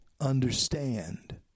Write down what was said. understand